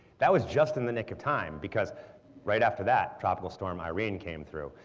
that was just in the nick of time because right after that tropical storm irene came through,